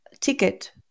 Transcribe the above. ticket